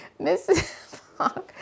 Mrs